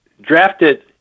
drafted